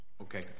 Okay